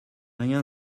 rien